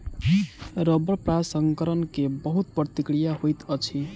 रबड़ प्रसंस्करण के बहुत प्रक्रिया होइत अछि